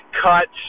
cut